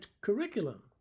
curriculum